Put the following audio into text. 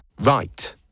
Right